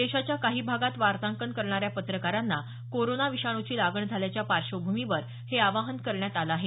देशाच्या काही भागात वार्तांकन करणाऱ्या पत्रकारांना कोरोना विषाणूची लागण झाल्याच्या पार्श्वभूमीवर हे आवाहन करण्यात आलं आहे